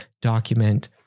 document